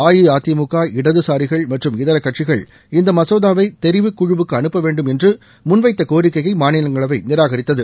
அஇஅதிமுக இடதுசாரிகள் மற்றும் இதர கட்சிகள் இந்த மசோதாவை தெரிவுக் குழுவுக்கு அனுப்பவேண்டும் என்று முன் வைத்த கோரிக்கையை மாநிலங்களவை நிராகரித்தது